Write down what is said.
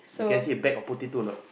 you can see a bag of potato or not